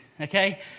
okay